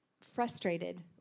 frustrated